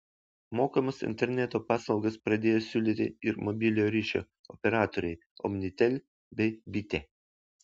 mokamas interneto paslaugas pradėjo siūlyti ir mobiliojo ryšio operatoriai omnitel bei bitė